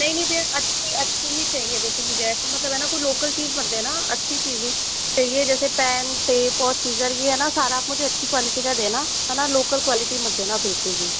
नहीं नहीं भैया अच्छी अच्छी ही चाहिए देखो मुझे ऐसा मतलब है ना कोई लोकल चीज़ मत देना अच्छी चीज़ ही चाहिए जैसे पेन टेप और सिज़र ये है ना सारा कुछ अच्छी क्वालिटी का देना है ना लोकल क्वालिटी का मत देना बिल्कुल भी